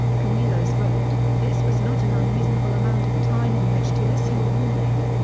canellos wrote, this was not an unreasonable amount of time in which to issue a warning.